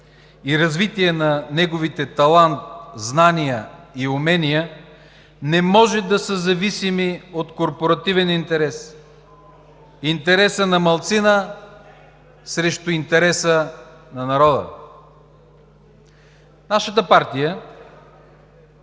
и развитие на неговите талант, знания и умения, не може да са зависими от корпоративен интерес – интересът на малцина срещу интереса на народа. Нашата партия